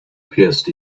pierced